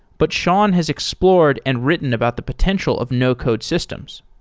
but shawn has explored and written about the potential of no-code systems.